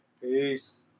Peace